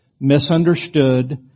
misunderstood